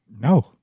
No